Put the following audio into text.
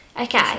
okay